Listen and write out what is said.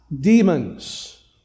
demons